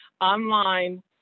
online